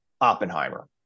Oppenheimer